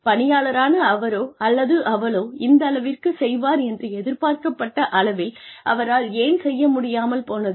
பணியாளரான அவரோ அல்லது அவளோ இந்தளவிற்கு செய்வார் என்று எதிர்பார்க்கப்பட்ட அளவில் அவரால் ஏன் செய்ய முடியாமல் போனது